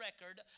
record